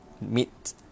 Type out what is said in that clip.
meet